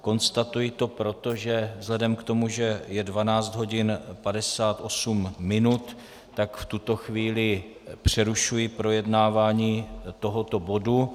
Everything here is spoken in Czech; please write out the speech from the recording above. Konstatuji to proto, že vzhledem k tomu, že je 12 hodin 58 minut, tak v tuto chvíli přerušuji projednávání tohoto bodu.